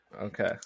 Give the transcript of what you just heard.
Okay